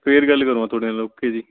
ਫਿਰ ਗੱਲ ਕਰੂੰਗਾ ਤੁਹਾਡੇ ਨਾਲ ਓਕੇ ਜੀ